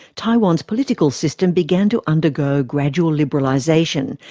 taiwan's political system began to undergo gradual liberalisation,